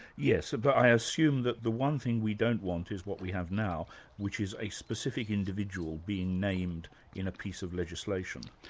yes, but i assume that the one thing we don't want is what we have now which is a specific individual being named in a piece of legislation.